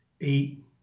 eight